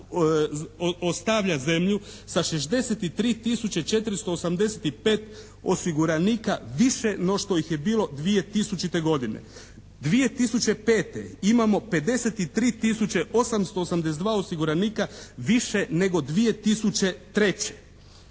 ostavlja zemlju sa 63 tisuće 485 osiguranika više no što ih je bilo 2000. godine. 2005. imamo 53 tisuće 882 osiguranika više nego 2003.